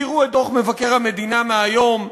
קראו את דוח מבקר המדינה מהיום,